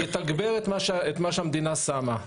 לתגבר את מה שהמדינה שמה.